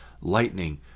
lightning